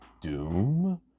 doom